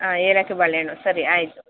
ಹಾಂ ಏಲಕ್ಕಿ ಬಾಳೆ ಹಣ್ಣು ಸರಿ ಆಯಿತು